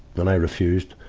and i refused,